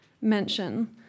mention